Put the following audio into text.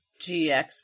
GX